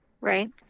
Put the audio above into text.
Right